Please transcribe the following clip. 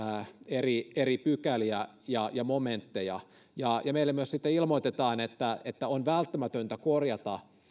eri eri pykäliä ja ja momentteja meille myös sitten ilmoitetaan että että on välttämätöntä korjata